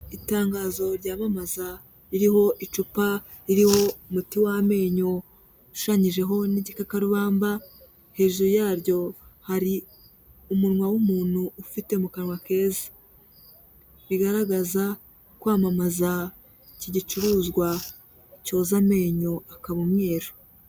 Itangazo ryamamaza ririho icupa, ririho umuti w'amenyo, ushushanyijeho n'igikakarubamba, hejuru yaryo hari umunwa w'umuntu ufite mu kanwa heza. Bigaragaza kwamamaza iki gicuruzwa cyoza amenyo akaba umweru.